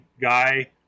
guy –